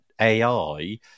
AI